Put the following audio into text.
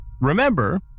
remember